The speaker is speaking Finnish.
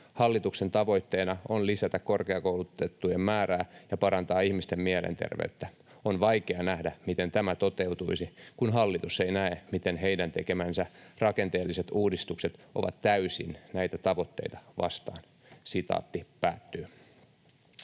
Hallituksen tavoitteena on lisätä korkeakoulutettujen määrää ja parantaa ihmisten mielenterveyttä. On vaikea nähdä, miten tämä toteutuisi, kun hallitus ei näe, miten heidän tekemänsä rakenteelliset uudistukset ovat täysin näitä tavoitteita vastaan.”